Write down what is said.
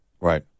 Right